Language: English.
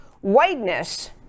Whiteness